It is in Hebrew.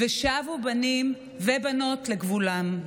ושבו בנים" ובנות, "לגבולם".